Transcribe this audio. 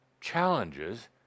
challenges